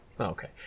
Okay